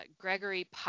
Gregory